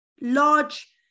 large